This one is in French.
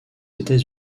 états